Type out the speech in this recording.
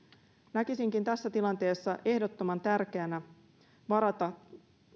näkisinkin tässä tilanteessa ehdottoman tärkeänä varata